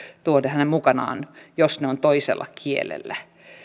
tuodaan hänen mukanaan jos ne ovat toisella kielellä